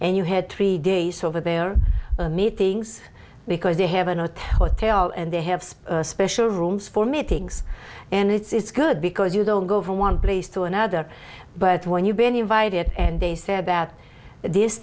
and you had three days over there are meetings because they have an attack or tail and they have a special rooms for meetings and it's good because you don't go from one place to another but when you've been invited and they said that this